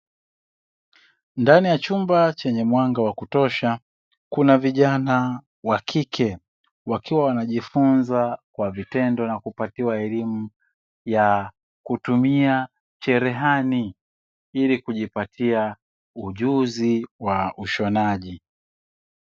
Ndani ya chumba chenye mwanga wa kutosha, kuna vijana wa kike wakiwa wanajifunza kwa vitendo na kupatiwa elimu ya kutumia cherehani, ili kujipatia ujuzi wa ushonaji.